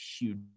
huge